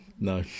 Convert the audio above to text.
No